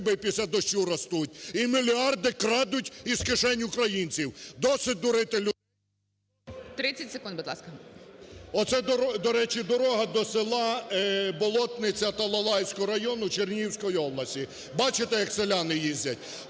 30 секунд, будь ласка.